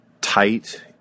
tight